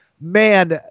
man